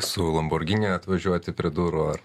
su lamborghini atvažiuoti prie durų ar